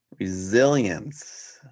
Resilience